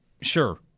Sure